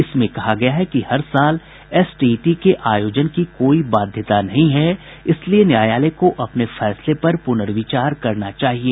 इसमें कहा गया है कि हर साल एसटीईटी के आयोजन की कोई बाध्यता नहीं है इसलिए न्यायालय को अपने फैसले पर पुनर्विचार करना चाहिए